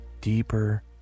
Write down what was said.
deeper